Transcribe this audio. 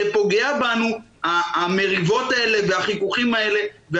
זה פוגע בנו, המריבות האלה והחיכוכים האלה.